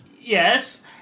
Yes